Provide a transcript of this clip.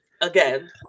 again